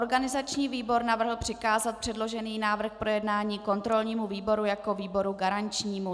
Organizační výbor navrhl přikázat předložený návrh k projednání kontrolnímu výboru jako výboru garančnímu.